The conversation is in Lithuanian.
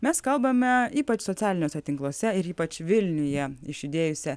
mes kalbame ypač socialiniuose tinkluose ir ypač vilniuje išidėjusia